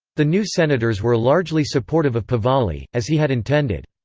the new senators were largely supportive of pahlavi, as he had intended.